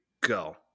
go